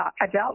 adult